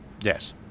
Yes